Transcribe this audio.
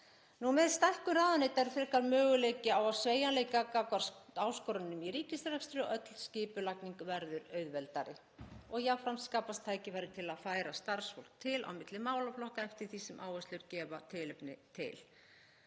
Með stækkun ráðuneyta er frekar möguleiki á sveigjanleika gagnvart áskorunum í ríkisrekstri og öll skipulagning verður auðveldari. Jafnframt skapast tækifæri til að færa starfsfólk til á milli málaflokka eftir því sem áherslur gefa tilefni til.